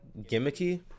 gimmicky